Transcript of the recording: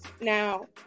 Now